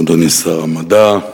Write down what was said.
אדוני שר המדע,